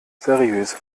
seriöse